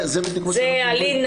זה בדיוק מה שאנחנו אומרים.